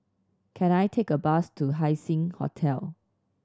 can I take a bus to Haising Hotel